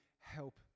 help